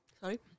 sorry